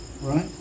Right